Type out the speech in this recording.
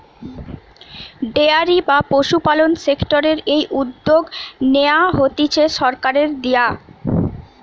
dairy বা পশুপালন সেক্টরের এই উদ্যগ নেয়া হতিছে সরকারের দিয়া